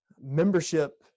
Membership